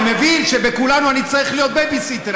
אני מבין שבכולנו אני צריך להיות בייביסיטר,